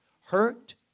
Hurt